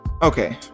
Okay